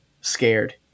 scared